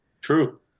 true